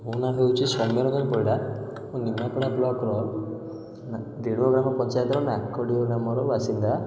ମୋ ନାଁ ହେଉଛି ସୌମ୍ୟରଞ୍ଜନ ପରିଡ଼ା ମୁଁ ନିମାପଡ଼ା ବ୍ଲକ୍ର ଦେବଗଡ଼ ପଞ୍ଚାୟତର ମାର୍କେଣ୍ଡେୟ ଗ୍ରାମର ବାସିନ୍ଦା